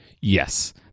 Yes